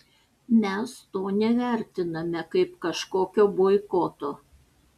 mes to nevertiname kaip kažkokio boikoto